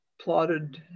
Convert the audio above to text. plotted